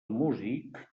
músic